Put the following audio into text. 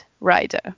rider